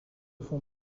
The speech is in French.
font